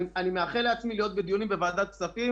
אני מאחל לעצמי להיות בדיונים בוועדת הכספים